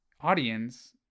audience